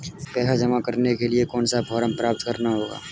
पैसा जमा करने के लिए कौन सा फॉर्म प्राप्त करना होगा?